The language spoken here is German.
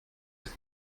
ist